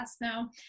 now